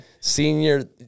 senior